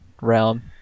realm